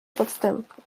podstępu